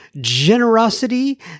generosity